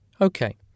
Okay